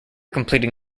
completing